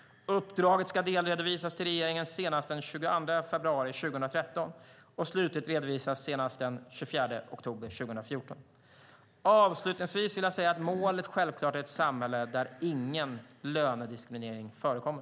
Uppdraget ska delredovisas till regeringen senast den 22 februari 2013 och slutligt redovisas senast den 24 oktober 2014. Avslutningsvis vill jag säga att målet självklart är ett samhälle där ingen lönediskriminering förekommer.